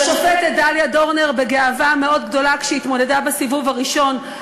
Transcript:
בשופטת דליה דורנר בגאווה מאוד גדולה כשהיא התמודדה בסיבוב הראשון.